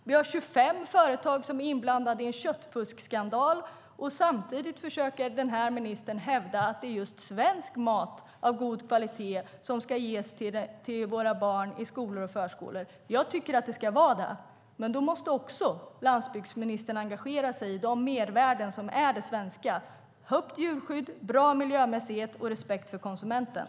Vi har 25 företag som är inblandade i en köttfuskskandal, och samtidigt försöker ministern hävda att det just är svensk mat av god kvalitet som ska ges till våra barn i skolor och förskolor. Jag tycker att det ska vara så, men då måste landsbygdsministern engagera sig i de mervärden som utgör det svenska: bra djurskydd, bra miljömässighet och respekt för konsumenten.